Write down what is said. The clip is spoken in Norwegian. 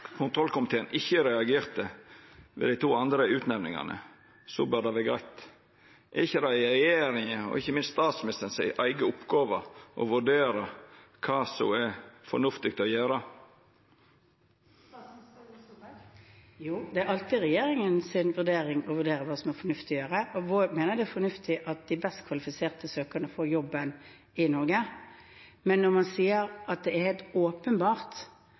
kontrollkomiteen ikkje reagerte ved dei to andre utnemningane, bør det vera greitt. Er det ikkje regjeringa og ikkje minst statsministeren si eiga oppgåve å vurdera kva som er fornuftig å gjera? Jo, det er alltid regjeringens oppgave å vurdere hva som er fornuftig å gjøre. Vi mener det er fornuftig at de best kvalifiserte søkerne får jobben i Norge. Men når medlemmer av kontroll- og konstitusjonskomiteen, som ikke har vært med på å påpeke dette tidligere, sier at det er helt åpenbart